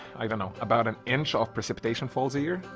i don't know, about an inch of precipitation falls a year.